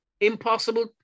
impossible